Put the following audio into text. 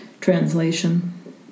translation